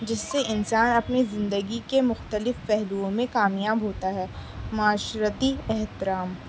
جس سے انسان اپنی زندگی کے مختلف پہلوؤں میں کامیاب ہوتا ہے معاشرتی احترام